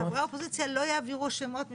חברי האופוזיציה לא יעבירו שמות,